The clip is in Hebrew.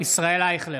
ישראל אייכלר,